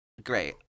Great